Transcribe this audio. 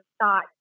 thought